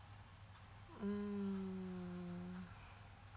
mm